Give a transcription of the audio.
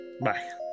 Bye